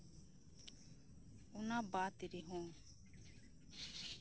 ᱚᱱᱟ ᱵᱟᱫ ᱨᱮᱦᱚᱸ